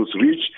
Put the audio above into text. reach